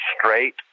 straight